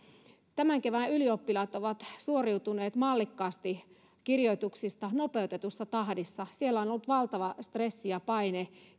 tämän kevään ylioppilaat ovat suoriutuneet mallikkaasti kirjoituksista nopeutetussa tahdissa siellä on ollut valtava stressi ja paine